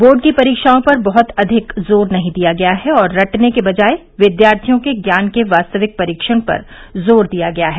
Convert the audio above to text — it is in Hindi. बोर्ड की परीक्षाओं पर बहुत अधिक जोर नहीं दिया गया है और रटने के बजाय विद्यार्थियों के ज्ञान के वास्तविक परीक्षण पर जोर दिया गया है